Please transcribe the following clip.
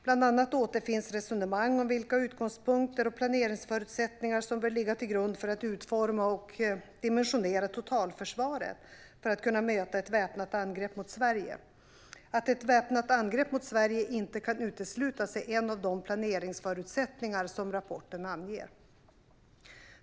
Bland annat återfinns resonemang om vilka utgångspunkter och planeringsförutsättningar som bör ligga till grund för att utforma och dimensionera totalförsvaret för att kunna möta ett väpnat angrepp mot Sverige. Att ett väpnat angrepp mot Sverige inte kan uteslutas är en av de planeringsförutsättningar som rapporten anger.